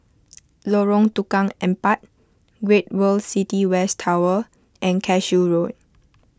Lorong Tukang Empat Great World City West Tower and Cashew Road